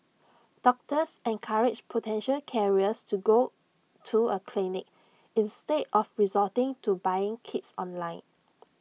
doctors encouraged potential carriers to go to A clinic instead of resorting to buying kits online